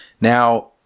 now